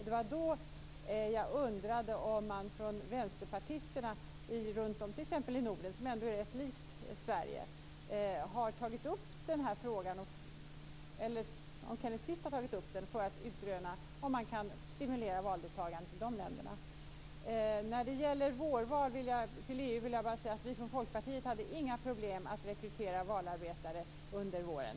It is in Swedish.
Det var då jag undrade om man från vänsterpartister runtom i Norden, som ju ändå är rätt likt Sverige, har tagit upp den här frågan, eller om Kenneth Kvist har tagit upp den, för att utröna om man kan stimulera valdeltagandet i de länderna. När det gäller vårval till EU vill jag bara säga att vi från Folkpartiet inte hade några problem med att rekrytera valarbetare under våren.